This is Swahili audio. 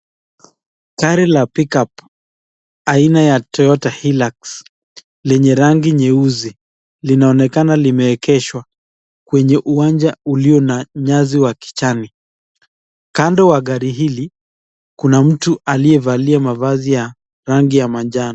Gari la Pickup aina ya Toyota Hilux lenye rangi nyeusi, linaonekana limeegezwa kwenye uwanja uliyo na nyasi wa kijani. Kando wa gari hili kuna mtu aliyevalia mavazi ya rangi ya majano.